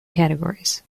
categories